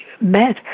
met